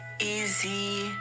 easy